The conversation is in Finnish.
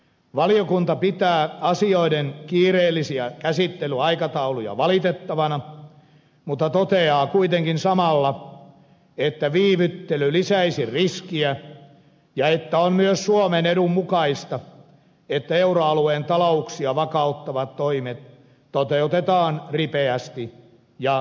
valiokunta pitää asioiden kiireellisiä käsittelyaikatauluja valitettavina mutta toteaa kuitenkin samalla että viivyttely lisäisi riskiä ja että on myös suomen edun mukaista että euroalueen talouksia vakauttavat toimet toteutetaan ripeästi ja määrätietoisesti